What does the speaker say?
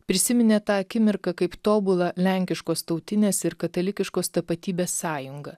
prisiminė tą akimirką kaip tobulą lenkiškos tautinės ir katalikiškos tapatybės sąjungą